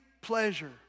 pleasure